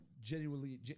genuinely